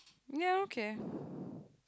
ya okay